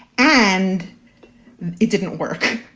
and it didn't work.